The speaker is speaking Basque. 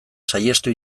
saihestu